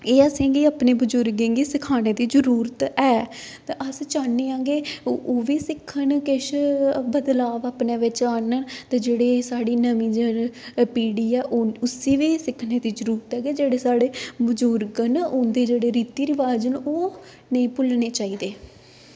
एह् असेंगी अपने बजुर्गें गी सखाने दी जरूरत ऐ ते अस चाह्न्ने आं के ओह् बी सिक्खन किश बदलाव अपने बिच्च आह्नन ते जेह्ड़ी साढ़ी नमीं जन पीढ़ी ऐ उसी बी सिक्खने दी जरूरत ऐ कि जेह्ड़े साढ़े बजुर्ग न उं'दे जेह्ड़े रीति रिवाज न ओह् नेईं भुल्लने चाहिदे